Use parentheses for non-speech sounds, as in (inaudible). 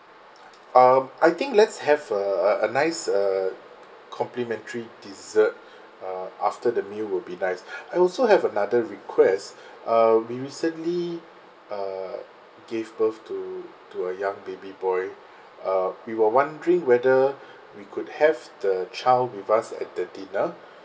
um I think let's have a a a nice uh complementary dessert uh after the meal would be nice I also have another request (breath) uh we recently uh gave birth to to a young baby boy uh we were wondering whether we could have the child with us at the dinner